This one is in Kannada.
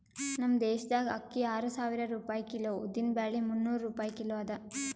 ನಮ್ ದೇಶದಾಗ್ ಅಕ್ಕಿ ಆರು ಸಾವಿರ ರೂಪಾಯಿ ಕಿಲೋ, ಉದ್ದಿನ ಬ್ಯಾಳಿ ಮುನ್ನೂರ್ ರೂಪಾಯಿ ಕಿಲೋ ಅದಾ